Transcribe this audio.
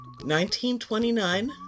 1929